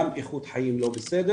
גם איכות חיים לא בסדר.